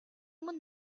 өмнө